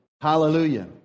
Hallelujah